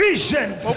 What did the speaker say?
Visions